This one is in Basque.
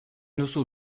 duzu